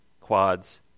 quads